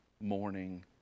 morning